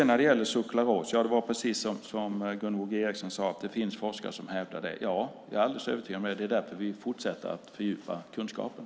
När det gäller sukralos finns det, precis som Gunvor G Ericson sade, forskare som hävdar detta. Ja, jag är alldeles övertygad om det. Det är därför vi fortsätter fördjupa kunskaperna.